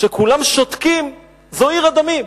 כשכולם שותקים, זו היא עיר הדמים.